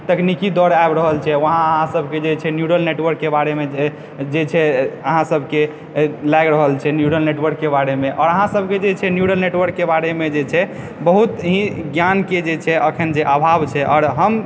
तकनीकी दौर आबि रहल छै वहाँ अहाँसभके जे छै न्यूरल नेटवर्ककऽ बारेमऽ जे छै अहाँसभकऽ लागि रहल छै न्यूरल नेटवर्कके बारेमऽ आओर अहाँ सबकऽ जे छै न्यूरल नेटवर्कके बारेमऽ जे छै बहुत ही ज्ञानके जे छै अखन जे अभाव छै आओर हम